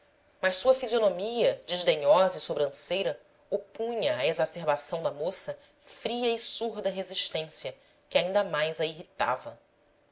mas sua fisionomia desdenhosa e sobranceira opunha à exacerbação da moça fria e surda resistência que ainda mais a irritava